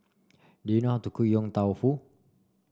do you know how to cook Yong Tau Foo